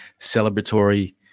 celebratory